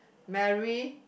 Mary